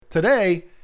Today